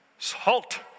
Halt